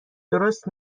درست